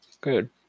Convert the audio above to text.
good